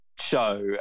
show